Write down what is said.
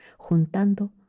juntando